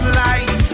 life